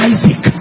Isaac